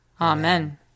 Amen